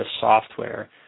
software